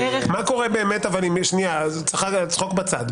עכשיו צחוק בצד.